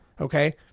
okay